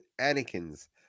Anakin's